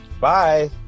Bye